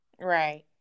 Right